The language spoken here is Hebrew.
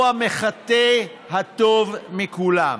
הוא המחטא הטוב מכולם.